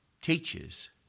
teaches